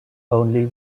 only